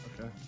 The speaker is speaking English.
Okay